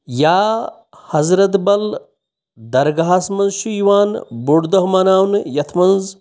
یا حضرَت بَل دَرگاہَس منٛز چھِ یِوان بوٚڑ دۄہ مَناونہٕ یَتھ منٛز